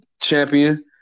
champion